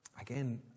again